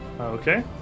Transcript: Okay